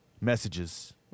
messages